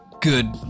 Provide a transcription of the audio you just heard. good